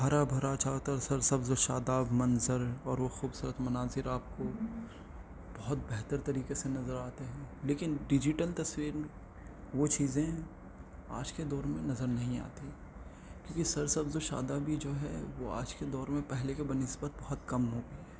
ہرا بھرا چاروں طرف سر سبز و شاداب منظر اور وہ خوبصورت مناظر آپ کو بہت بہتر طریقے سے نظر آتے ہیں لیکن ڈیجیٹل تصویر وہ چیزیں آج کے دور میں نظر نہیں آتیں کیونکہ سر سبز و شادابی جو ہے وہ آج کے دور میں پہلے کے بہ نسبت بہت کم ہو گئی ہے